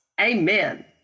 Amen